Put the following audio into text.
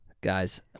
Guys